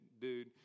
dude